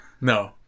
no